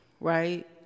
right